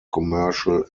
commercial